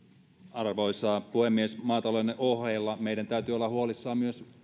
arvoisa puhemies maatalouden ohella meidän täytyy olla huolissamme myös